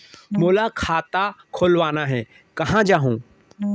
मोला खाता खोलवाना हे, कहाँ जाहूँ?